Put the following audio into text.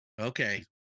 Okay